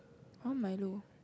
I want Milo